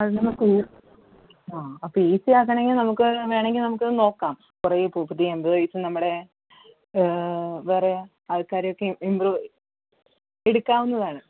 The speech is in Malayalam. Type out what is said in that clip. അത് നമുക്ക് ആ അപ്പോൾ ഈസി ആക്കണെങ്കിൽ നമുക്ക് വേണങ്കിൽ നമുക്ക് നോക്കാം കുറെ പുതിയ എംപ്ലോയീസ് നമ്മുടെ വേറെ ആൾക്കാരൊക്കെ ഇമ്പ്രൂവ് എടുക്കാവുന്നതാണ്